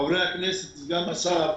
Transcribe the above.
חברי הכנסת, סגן השר.